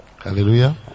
Hallelujah